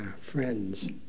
friends